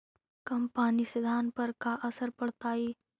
कम पनी से धान पर का असर पड़तायी?